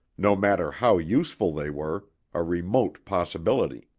no matter how useful they were, a remote possibility.